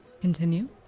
Continue